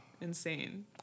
Insane